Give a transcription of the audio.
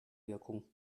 wirkung